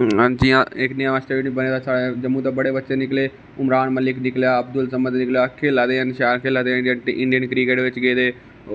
जि'यां इक नमां स्टेडियम ऐ जम्मू दा बड़े बच्चे निकले इमरान मलिक निकलेआ अबदुल समाद निकले खेला दे न शैल खेला दे ना जेहडे इंडियन क्रिकट बिच गेदे